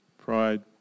Pride